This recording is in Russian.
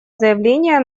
заявления